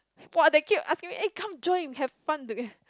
!wah! they keep asking me eh come join have fun together